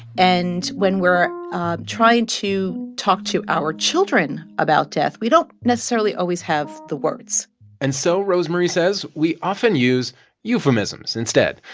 and when we're trying to talk to our children about death, we don't necessarily always have the words and so, rosemarie says, we often use euphemisms instead,